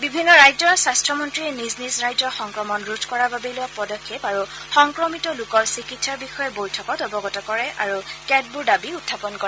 বিভিন্ন ৰাজ্যৰ স্বাস্থ্য মন্ত্ৰীয়ে নিজ নিজ ৰাজ্যৰ সংক্ৰমণ ৰোধ কৰাৰ বাবে লোৱা পদক্ষেপ আৰু সংক্ৰমিত লোকৰ চিকিৎসাৰ বিষয়ে বৈঠকত অৱগত কৰে আৰু কেতবোৰ দাবী উখাপন কৰে